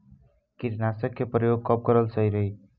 कीटनाशक के प्रयोग कब कराल सही रही?